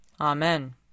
Amen